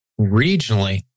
regionally